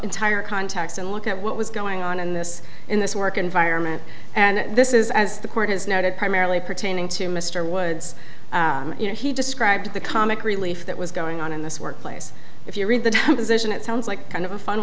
entire context and look at what was going on in this in this work environment and this is as the court has noted primarily pertaining to mr woods you know he described the comic relief that was going on in this workplace if you read the position it sounds like kind of a fun